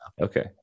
Okay